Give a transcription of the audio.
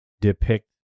depict